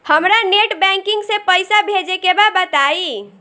हमरा net banking से पईसा भेजे के बा बताई?